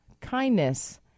kindness